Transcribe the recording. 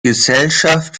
gesellschaft